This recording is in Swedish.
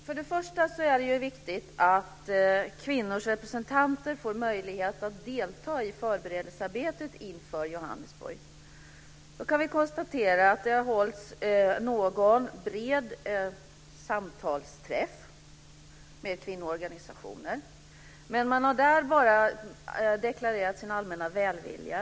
Fru talman! Först och främst är det viktigt att kvinnors representanter får möjlighet att delta i förberedelsearbetet inför Johannesburg. Vi kan konstatera att det har hållits någon bred samtalsträff med kvinnoorganisationer, men man har där bara deklarerat sin allmänna välvilja.